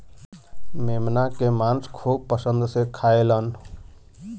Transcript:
मेमना के मांस खूब पसंद से खाएलन